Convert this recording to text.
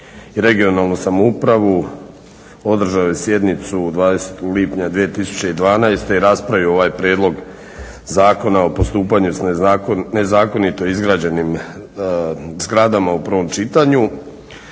regionalnu samoupravu održao je sjednicu 20. lipnja 2012. i raspravio ovaj prijedlog zakona o postupanju s nezakonito izgrađenim zgradama u prvom čitanju.